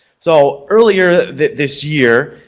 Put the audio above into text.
so earlier this year,